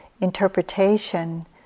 interpretation